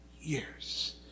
years